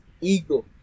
ego